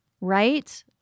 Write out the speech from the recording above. right